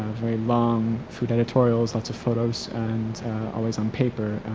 very long food editorials, lots of photos and always on paper,